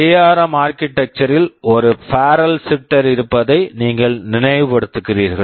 ARM ARM architecture architecture ல் ஒரு barrel barrel shifter shifter இருப்பதை நீங்கள் நினைவுபடுத்துகிறீர்கள்